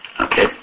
Okay